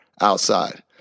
outside